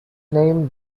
name